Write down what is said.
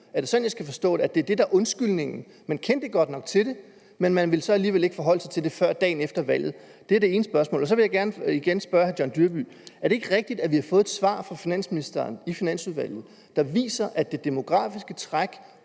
Er det sådan, jeg skal forstå det? Altså, at det er det, der er undskyldningen. Man kendte godt nok til det, men man ville så alligevel ikke forholde sig til det før dagen efter valget. Det er det ene spørgsmål. Så vil jeg gerne igen spørge hr. John Dyrby Paulsen: Er det ikke rigtigt, at vi har fået et svar fra finansministeren i Finansudvalget, der viser, at det demografiske træk